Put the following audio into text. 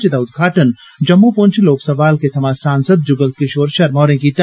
जेदा उदघाटन जम्मू पुंछ लोक सभा हलके थमा सांसद जुगल किशोर शर्मा होरे कीता